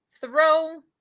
throw